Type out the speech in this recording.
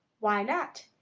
why not?